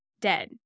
dead